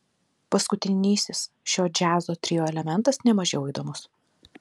paskutinysis šio džiazo trio elementas ne mažiau įdomus